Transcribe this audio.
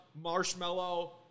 marshmallow